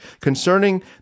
concerning